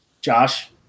Josh